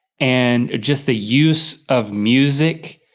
and just the use of music.